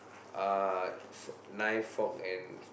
uh f~ knife fork and